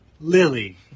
Lily